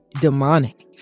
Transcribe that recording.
demonic